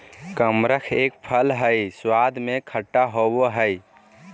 कमरख एक फल हई स्वाद में खट्टा होव हई